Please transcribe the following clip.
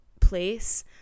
place